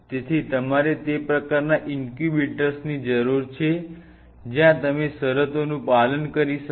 તેથી તમારે તે પ્રકારના ઇન્ક્યુબેટર્સની જરૂર છે જ્યાં તમે શરતોનું પાલન કરી શકો